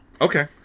Okay